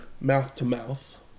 mouth-to-mouth